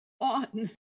on